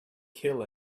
kill